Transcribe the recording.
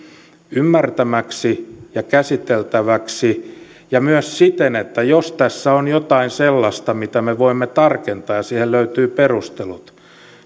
ymmärtämäksi ja käsiteltäväksi ja myös siten että jos tässä on jotain sellaista mitä me voimme tarkentaa ja siihen löytyy perustelut niin